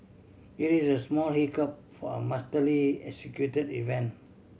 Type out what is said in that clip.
it is a small hiccup for a masterly executed event